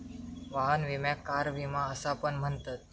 वाहन विम्याक कार विमा असा पण म्हणतत